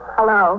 Hello